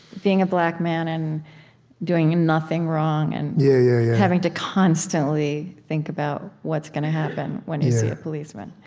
being a black man and doing nothing wrong and yeah yeah yeah having to constantly think about what's gonna happen when you see a policeman,